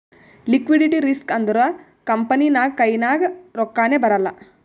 liquidity risk ಅಂದುರ್ company ನಾಗ್ ಕೈನಾಗ್ ರೊಕ್ಕಾನೇ ಬರಲ್ಲ